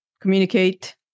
communicate